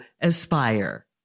Aspire